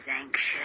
anxious